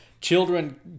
Children